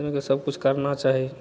उ जे सबकुछ करना चाही